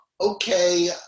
Okay